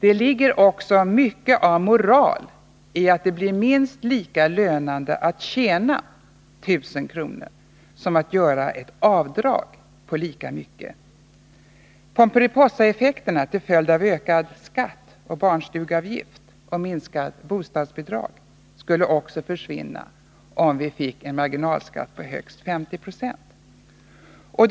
Det ligger också mycket av moral i att det blir minst lika lönande att tjäna 1000 kr. som att göra ett avdrag på lika mycket. Pomperipossaeffekterna till följd av ökad skatt och barnstugeavgift och minskat bostadsbidrag skulle också försvinna om vi fick marginalskatter på högst 50 26.